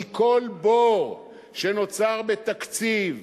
כי כל בור שנוצר בתקציב,